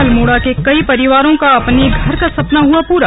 अल्मोड़ा के कई परिवारों का अपने घर का सपना हुआ पूरा